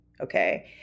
okay